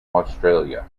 australia